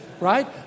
right